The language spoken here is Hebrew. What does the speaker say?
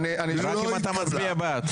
אני יכול לנמק את ההסתייגות הבאה?